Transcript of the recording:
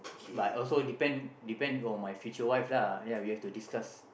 but also depend depend on my future wife lah ya we have to discuss